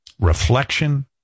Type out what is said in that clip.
reflection